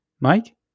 Mike